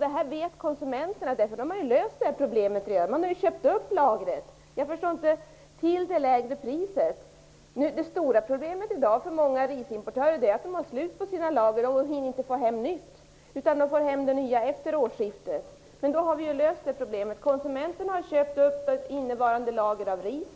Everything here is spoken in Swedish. Det vet konsumenterna. De har löst problemet genom att köpa upp lagret till det lägre priset. Det stora problemet i dag för många risimportörer är att de har slut på sina lager och hinner inte få hem något nytt. De får hem nya lager efter årsskiftet. Då har problemet lösts. Konsumenterna har köpt innevarande lager av ris